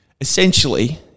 essentially